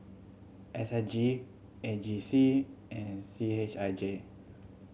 S S G A G C and C H I J